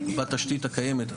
בתשתית הקיימת,